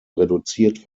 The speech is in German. reduziert